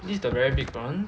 this is the very big one